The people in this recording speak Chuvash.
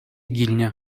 килнӗ